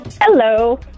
Hello